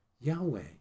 Yahweh